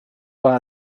war